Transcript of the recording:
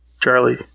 Charlie